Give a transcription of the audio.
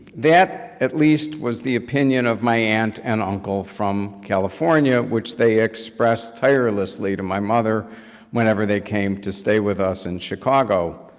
that, at least, was the opinion of my aunt and uncle from california, which they expressed tirelessly to my mother whenever they came to stay with us in chicago.